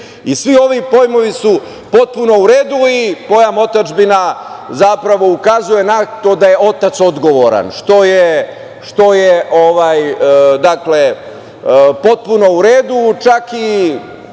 i svi ovi pojmovi su potpuno u redu i pojam otadžbina zapravo ukazuje na to da je otac odgovoran, što je potpuno u redu, čak i